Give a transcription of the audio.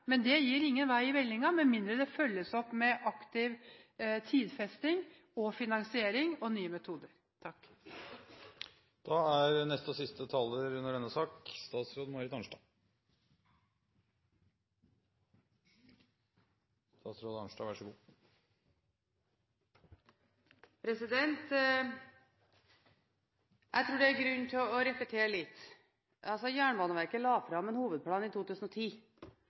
men det gir ikke vei i vellinga med mindre det følges opp med aktiv tidfesting, finansiering og nye metoder. Jeg tror det er grunn til å repetere litt. Jernbaneverket la fram en hovedplan i 2010,